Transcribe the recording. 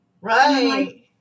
Right